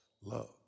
love